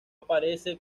aparece